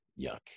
yuck